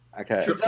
Okay